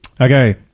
Okay